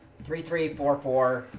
three three four four